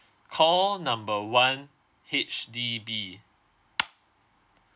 call number one H_D_B